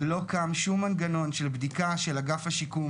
לא קם שום מנגנון של בדיקה של אגף השיקום.